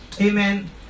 Amen